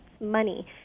money